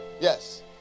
yes